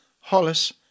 Hollis